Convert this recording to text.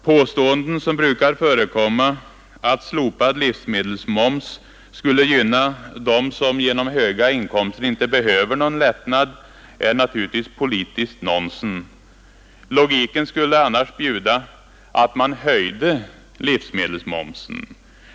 Påståendena, som brukar förekomma, att ett slopande av livsmedelsmoms skulle gynna dem som genom höga inkomster inte behöver någon lättnad, är naturligtvis politiskt nonsens. Logiken skulle annars bjuda att man höjde livsmedelsmomsen.